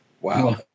wow